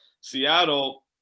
Seattle